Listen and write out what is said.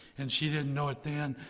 and she didn't know it then,